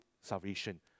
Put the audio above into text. salvation